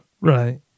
Right